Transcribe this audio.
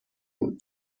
بود